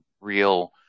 real